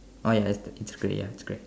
oh ya it's the it's grey it's grey